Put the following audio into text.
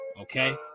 okay